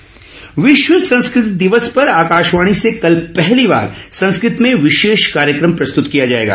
संस्कृत दिवस विश्व संस्कृत दिवस पर आकाशवाणी से कल पहली बार संस्कृत में विशेष कार्यक्रम प्रस्तुत किया जाएगा